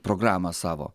programą savo